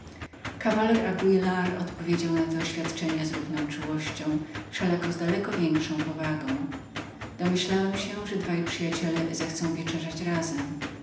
kawaler anguilar odpowiedział na te oświadczenia z równą czułością wszelako z daleko większą powagą osądziłem że dwaj przyjaciele zechcą wieczerzać razem